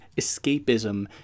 escapism